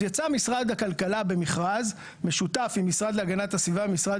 אז יצא משרד הכלכלה במכרז משותף עם המשרד להגנת הסביבה ועם משרד